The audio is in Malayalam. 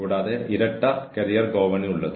കൂടാതെ സാധ്യമാകുമ്പോഴെല്ലാം സൂപ്പർവൈസർ ഇടപെടണം